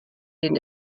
den